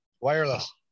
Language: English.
Wireless